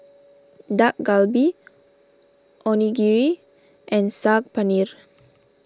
Dak Galbi Onigiri and Saag Paneer